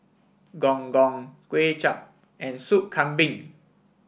Gong Gong Kuay Chap and Soup Kambing